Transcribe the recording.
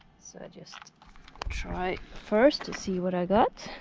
so i just try first to see what i got